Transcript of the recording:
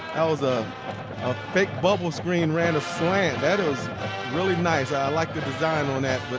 that was a fake bubble screen, ran a slant. that is really nice. i like the design on that.